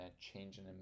changing